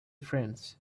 friends